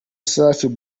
safari